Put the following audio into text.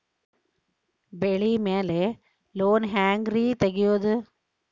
ಬೆಳಿ ಮ್ಯಾಲೆ ಲೋನ್ ಹ್ಯಾಂಗ್ ರಿ ತೆಗಿಯೋದ?